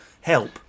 help